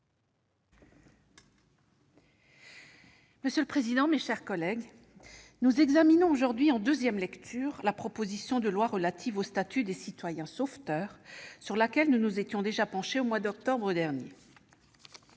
monsieur le secrétaire d'État, mes chers collègues, nous examinons aujourd'hui en deuxième lecture la proposition de loi relative au statut de citoyen sauveteur, sur laquelle nous nous étions déjà penchés au mois d'octobre dernier.